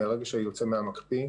מרגע שזה יוצא מהמקפיא,